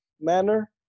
manner